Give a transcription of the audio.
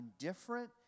indifferent